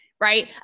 right